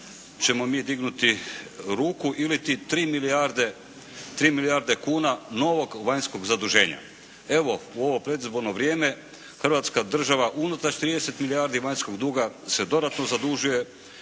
ćemo mi dignuti ruku iliti 3 milijarde kuna novog vanjskog zaduženja. Evo u ovo predizborno vrijeme hrvatska država unatoč 30 milijardi vanjskog duga se dodatno zadužuje